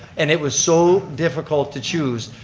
and it was so difficult to choose.